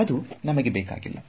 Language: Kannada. ಅದು ನಮಗೆ ಬೇಕಾಗಿಲ್ಲ